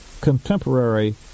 Contemporary